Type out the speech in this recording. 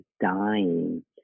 dying